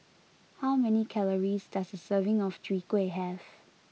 how many calories does a serving of Chwee Kueh have